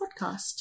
podcast